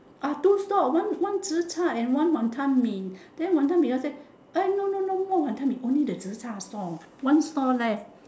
orh two stall one one zi char and one wanton-mee then wanton-mee say eh no no no no not the wanton-mee only the zi char stall one stall left